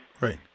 Right